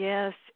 Yes